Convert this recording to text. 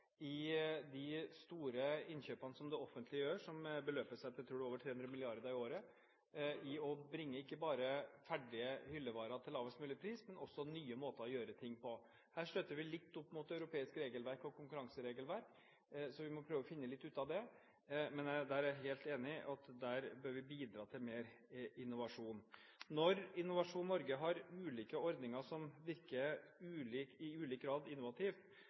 i de store innkjøpene som det offentlige gjør, som jeg tror beløper seg til over 300 mrd. kr i året, ved ikke bare å bringe inn ferdige hyllevarer til lavest mulig pris, men også når det gjelder nye måter å gjøre ting på. Her støter vi litt opp mot det europeiske regelverket og konkurranseregelverket, så vi må prøve å finne litt ut av det. Men jeg er helt enig: Her bør vi bidra til mer innovasjon. Når Innovasjon Norge har ulike ordninger som i ulik grad virker innovativt,